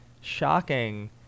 shocking